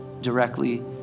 directly